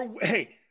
Hey